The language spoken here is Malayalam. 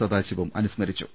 സദാശിവം അനുസ്മരിച്ചു